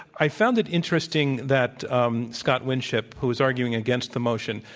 i found it interesting that um scott winship, who is arguing against the motion,